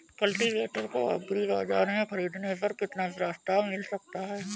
Cultivator को agri बाजार से ख़रीदने पर कितना प्रस्ताव मिल सकता है?